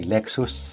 Lexus